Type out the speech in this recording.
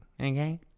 Okay